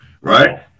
Right